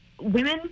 women